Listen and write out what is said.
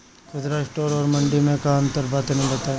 खुदरा स्टोर और मंडी में का अंतर बा तनी बताई?